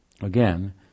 again